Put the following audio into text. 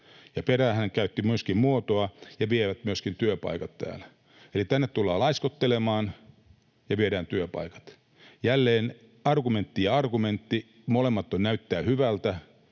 perään hän käytti myöskin muotoa ”ja vievät myöskin työpaikat täällä”. Eli tänne tullaan laiskottelemaan ja viedään työpaikat. Jälleen argumentti ja argumentti — molemmat näyttävät hyvältä.